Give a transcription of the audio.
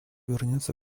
вернется